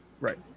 Right